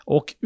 Och